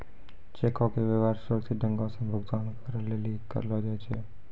चेको के व्यवहार सुरक्षित ढंगो से भुगतान करै लेली करलो जाय छै